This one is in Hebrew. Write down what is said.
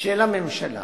של הממשלה,